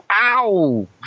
Ow